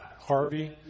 Harvey